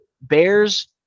Bears